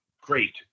great